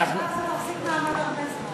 בקיצור, הממשלה הזאת תחזיק מעמד הרבה זמן.